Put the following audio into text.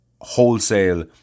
wholesale